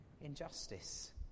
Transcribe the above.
injustice